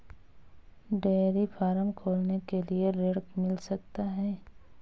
Dairy farm खोलने के लिए ऋण मिल सकता है?